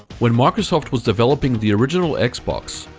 when microsoft was developing the original xbox,